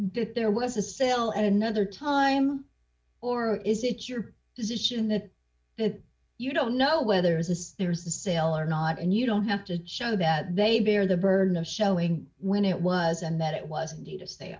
that there was a sale at another time or is it your position that you don't know whether it's there's a sale or not and you don't have to show that they bear the burden of showing when it was and that it wasn't he to say